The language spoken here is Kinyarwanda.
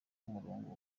umurongo